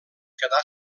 quedà